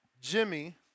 Jimmy